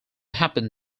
happened